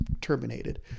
terminated